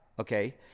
Okay